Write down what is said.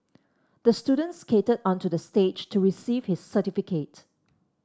the student skated onto the stage to receive his certificate